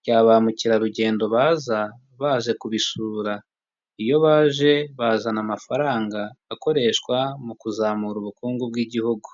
rya ba mukerarugendo baza, baje kubisura. Iyo baje, bazana amafaranga akoreshwa mu kuzamura ubukungu bw'igihugu.